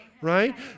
Right